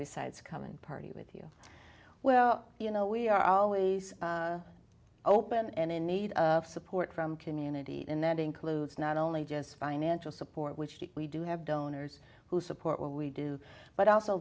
besides come and party with you well you know we are always open and in need of support from community and that includes not only just financial support which we do have donors who support what we do but also